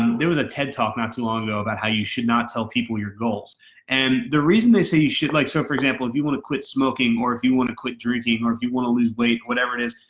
there was a ted talk not too long ago about how you should not tell people your goals and the reason they say you should. like so for example, if you want to quit smoking or if you want to quit drinking or if you want to lose weight, whatever it is,